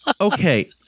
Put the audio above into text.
Okay